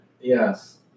Yes